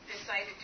decided